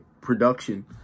production